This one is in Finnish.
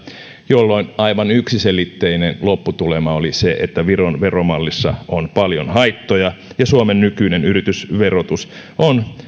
jolloin aivan yksiselitteinen lopputulema oli se että viron veromallissa on paljon haittoja ja suomen nykyinen yritysverotus on